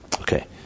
Okay